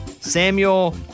Samuel